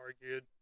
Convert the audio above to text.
argued